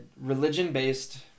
religion-based